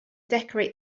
decorate